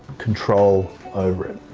control over it.